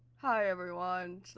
hi everyone. so,